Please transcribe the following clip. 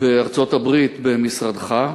בארצות-הברית במשרדך.